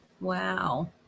wow